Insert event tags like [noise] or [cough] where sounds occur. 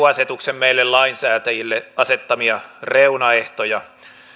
[unintelligible] asetuksen meille lainsäätäjille asettamia reunaehtoja